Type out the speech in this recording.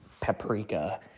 paprika